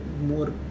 more